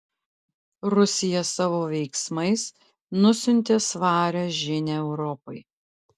rusija savo veiksmais nusiuntė svarią žinią europai